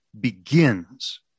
begins